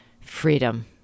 Freedom